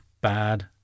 bad